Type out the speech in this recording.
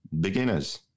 beginners